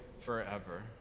forever